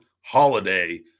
HOLIDAY